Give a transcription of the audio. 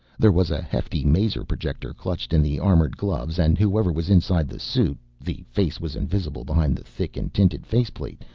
there was a hefty maser-projector clutched in the armored gloves and whoever was inside the suit, the face was invisible behind the thick and tinted faceplate,